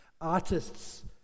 Artists